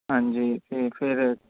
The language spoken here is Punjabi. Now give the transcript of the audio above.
ਹਾਂਜੀ ਤਾਂ ਫਿਰ